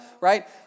right